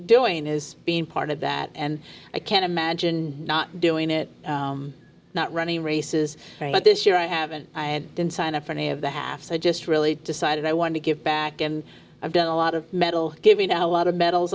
doing is being part of that and i can't imagine not doing it not running races but this year i haven't i didn't sign up for any of the half so i just really decided i wanted to give back and i've done a lot of metal giving a lot of medals